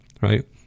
right